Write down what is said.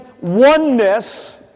oneness